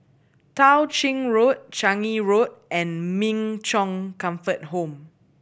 Tao Ching Road Changi Road and Min Chong Comfort Home